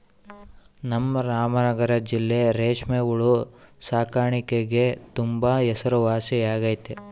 ನಮ್ ರಾಮನಗರ ಜಿಲ್ಲೆ ರೇಷ್ಮೆ ಹುಳು ಸಾಕಾಣಿಕ್ಗೆ ತುಂಬಾ ಹೆಸರುವಾಸಿಯಾಗೆತೆ